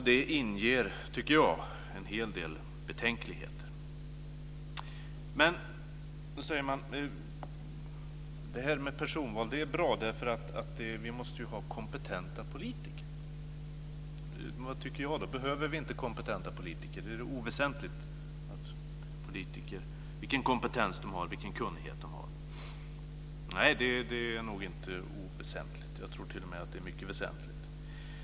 Jag tycker att det inger en hel del betänkligheter. Men, säger man, personval är bra eftersom vi ju måste ha kompetenta politiker. Tycker då jag att vi inte behöver kompetenta politiker? Är det oväsentligt vilken kompetens och kunnighet som de har? Nej, det är nog inte oväsentligt. Jag tror t.o.m. att det är mycket väsentligt.